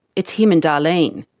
it's him and darlene.